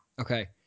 Okay